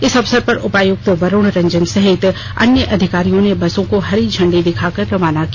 इस अवसर पर उपायुक्त वरुण रंजन सहित अन्य अधिकारियों ने बसों को हरी झंडी दिखाकर रवाना किया